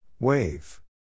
Wave